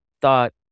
thought